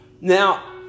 Now